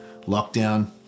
lockdown